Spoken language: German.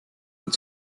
und